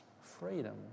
freedom